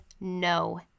no